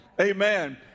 Amen